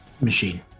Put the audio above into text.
Machine